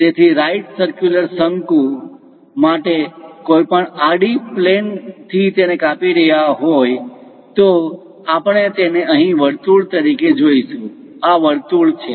તેથી right circular શંકુ right circular cone right circular cone માટે કોઈપણ આડી પ્લેન plane સપાટી થી તેને કાપી રહ્યા હોય તો આપણે તેને અહીં વર્તુળ તરીકે જોઈશું આ વર્તુળ છે